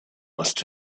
must